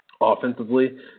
offensively